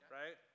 right